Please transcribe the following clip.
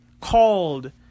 called